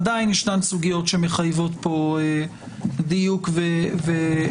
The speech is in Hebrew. עדיין ישנן סוגיות שמחייבות פה דיוק וטיוב,